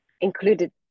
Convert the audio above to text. included